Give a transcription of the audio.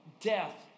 death